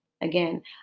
Again